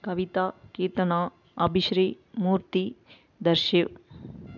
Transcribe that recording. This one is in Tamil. கவிதா கீர்த்தனா அபிஸ்ரீ மூர்த்தி தர்ஷிவ்